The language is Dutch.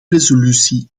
resolutie